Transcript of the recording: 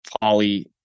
poly